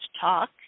talk